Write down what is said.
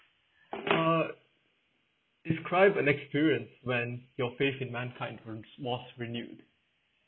uh it's quite an experience when your faith in mankind hopes was renewed